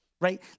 right